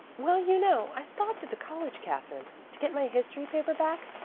well, you know i stopped at the college, katherine, to get my history paper back.